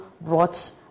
brought